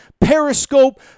Periscope